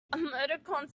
emoticons